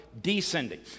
descending